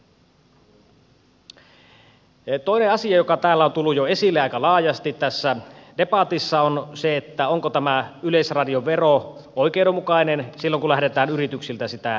toinen asia joka täällä on tullut jo esille aika laajasti tässä debatissa on se onko tämä yleisradiovero oikeudenmukainen silloin kun lähdetään yrityksiltä sitä keräämään